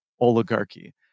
oligarchy